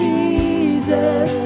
Jesus